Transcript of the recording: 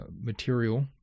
material